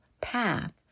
path